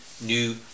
new